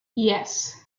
yes